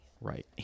Right